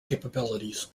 capabilities